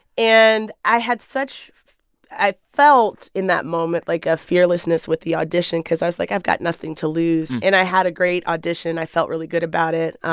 and i had such i felt in that moment, like, a fearlessness with the audition because i was like, i've got nothing to lose. and i had a great audition. i felt really good about it.